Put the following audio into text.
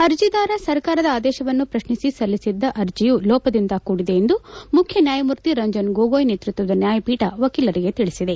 ಅರ್ಜಿದಾರ ಸರ್ಕಾರದ ಆದೇಶವನ್ನು ಪ್ರಶ್ನಿಸಿ ಸಲ್ಲಿಸಿದ್ದ ಅರ್ಜಿಯೂ ಲೋಪದಿಂದ ಕೂಡಿದೆ ಎಂದು ಮುಖ್ಚನ್ಯಾಯಮೂರ್ತಿ ರಂಜನ್ ಗೊಗೊಯಿ ನೇತೃತ್ವದ ನ್ಯಾಯಪೀಠ ವಕೀಲರಿಗೆ ತಿಳಿಸಿದೆ